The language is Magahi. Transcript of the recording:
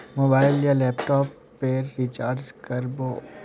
मोबाईल या लैपटॉप पेर रिचार्ज कर बो?